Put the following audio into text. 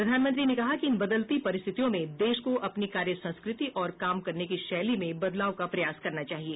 प्रधानमंत्री ने कहा कि इन बदलती परिस्थितियों में देश को अपनी कार्य संस्कृति और काम करने की शैली में बदलाव का प्रयास करना चाहिए